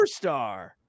superstar